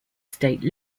state